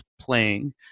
playing